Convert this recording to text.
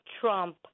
Trump